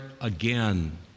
again